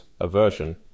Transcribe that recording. aversion